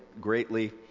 greatly